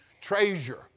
treasure